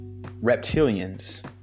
reptilians